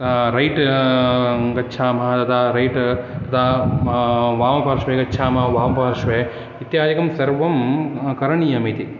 right गच्छामः तदा right वामपार्श्वे गच्छामः वामपार्श्वे इत्यादिकं सर्वं करणीयम् इति